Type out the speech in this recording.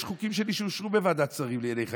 יש חוקים שלי שאושרו בוועדת השרים לענייני חקיקה.